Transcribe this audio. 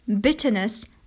bitterness